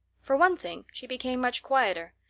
for one thing, she became much quieter.